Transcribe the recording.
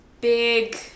big